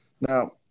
now